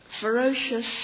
ferocious